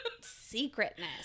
secretness